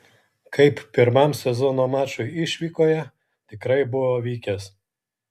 kaip pirmam sezono mačui išvykoje tikrai buvo vykęs